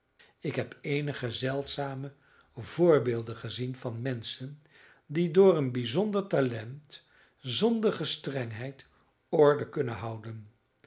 ik heb eenige zeldzame voorbeelden gezien van menschen die door een bijzonder talent zonder gestrengheid orde kunnen houden